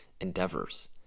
endeavors